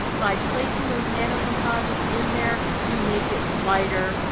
by placing those nanocomposites in there, you make it lighter.